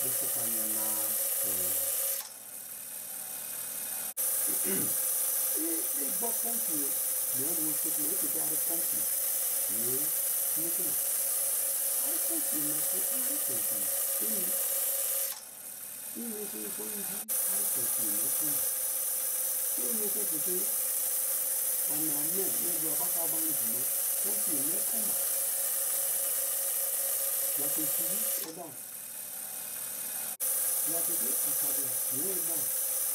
Bufuka yana-a tein i igbo konfiye mie weriso kuma i piki ari konfiye mie muku ma ari konfiye kirikiri ari konfiye emi i enete ingbo inji ari konfiye mie konba i̱ ana-a me mie duwabaka-aba inji ma konfiye mie konba, japu iki idari, japu piki atabila mie idari